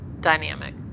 dynamic